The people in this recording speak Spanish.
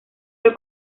del